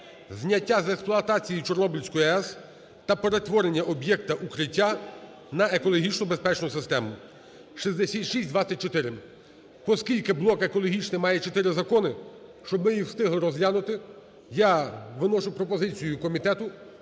зняття з експлуатації Чорнобильської АЕС та перетворення об'єкта "Укриття" на екологічно безпечну систему (6624). Оскільки блок екологічний має чотири закони, щоб ми їх встигли розглянути, я виношу пропозицію комітету,